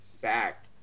back